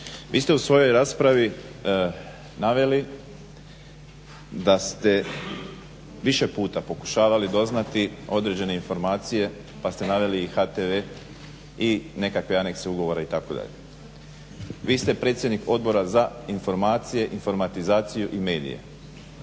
vi ste u svojoj raspravi naveli da ste više puta pokušavali doznati određene informacije pa ste naveli HTV i nekakve anekse ugovora itd. Vi ste predsjednik Odbora za informiranje, informatizaciju i medije.